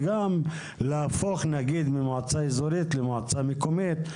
וגם להפוך ממועצה אזורית, נניח, למועצה מקומית.